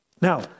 now